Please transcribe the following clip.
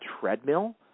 treadmill